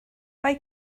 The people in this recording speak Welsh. mae